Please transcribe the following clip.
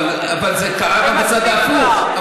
אבל זה קרה גם בצד ההפוך.